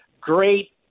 great